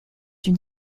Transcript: une